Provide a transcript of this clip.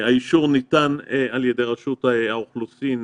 האישור ניתן על ידי רשות האוכלוסין,